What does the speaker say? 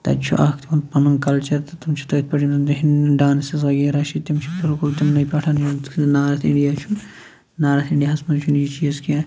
تَتہِ چھُ اکھ تِمَن پَنُن کَلچَر تہٕ تِم چھِ تٔتھۍ پٮ۪ٹھ یِم زن تہنٛد دانسِز وغیرہ چھِ تِم چھِ بِلکُل تِمنٕے پٮ۪ٹھ یُس نارٕتھ انڑیا چھُ نارٕتھ اِنڑیا ہَس مَنٛز چھُ نہٕ یہِ چیٖز کینٛہہ